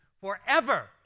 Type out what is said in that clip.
forever